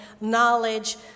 knowledge